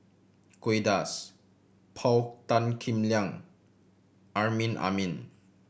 Kay Das Paul Tan Kim Liang Amrin Amin